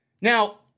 Now